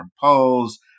polls